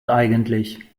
eigentlich